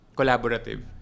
collaborative